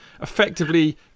effectively